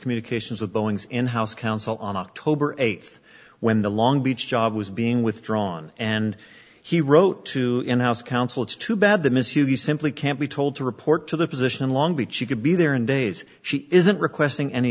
communications with boeing's in house counsel on october eighth when the long beach job was being withdrawn and he wrote in house counsel it's too bad the miss you simply can't be told to report to the position in long beach she could be there in days she isn't requesting any